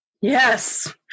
Yes